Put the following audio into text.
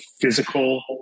physical